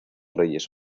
reyes